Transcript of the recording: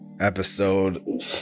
episode